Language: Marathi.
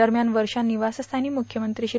दरम्यान वर्षा निवासस्यानी मुख्यमंत्री श्री